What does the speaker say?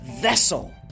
vessel